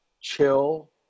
chill